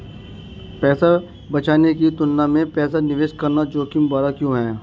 पैसा बचाने की तुलना में पैसा निवेश करना जोखिम भरा क्यों है?